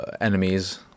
enemies